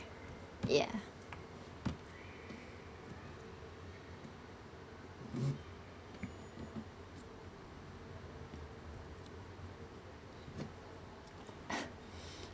ya